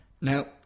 Now